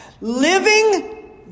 Living